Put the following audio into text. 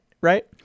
Right